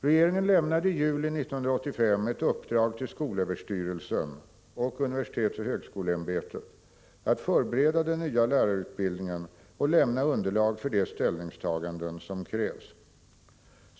Regeringen lämnade i juli 1985 ett uppdrag till skolöverstyrelsen och universitetsoch högskoleämbetet att förbereda den nya lärarutbildningen och lämna underlag för de ställningstaganden som krävs.